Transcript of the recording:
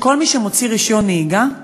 שכל מי שמוציא רישיון נהיגה,